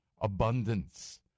abundance